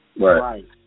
Right